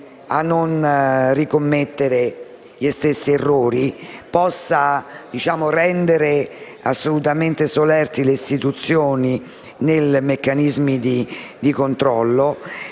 a non ricommettere gli stessi errori, che possa rendere assolutamente solerti le istituzioni nei meccanismi di controllo.